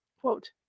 Quote